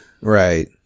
Right